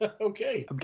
Okay